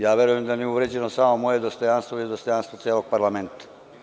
Ja verujem da nije uvređeno samo moje dostojanstvo, već dostojanstvo celog parlamenta.